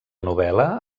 novel·la